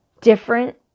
different